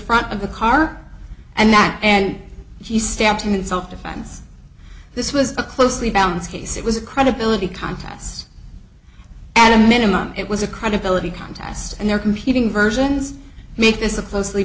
front of the car and that and she stabs him in self defense this was a closely balance case it was a credibility contests at a minimum it was a credibility contest and their competing versions make this a closely